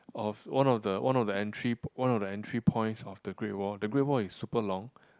of one of the one of the entry one of the entry points of the Great Wall the Great Wall is super long